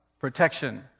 protection